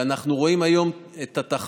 ואנחנו רואים היום תחלואה